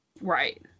Right